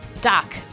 Doc